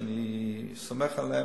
שאני סומך עליהם,